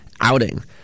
outing